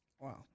Wow